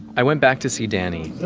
i went back to see danny